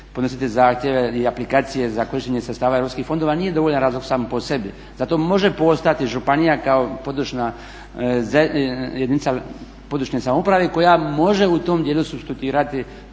podnositi zahtjeve i aplikacije za korištenje sredstava Europskih fondova, nije dovoljan razlog sam po sebi. Zato može postojati županija kao područna jedinica područne samouprave koja može u tom dijelu supstituirati